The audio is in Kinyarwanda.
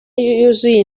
yuzuye